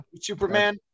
superman